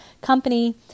company